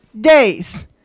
days